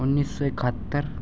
انیس سو اکہتر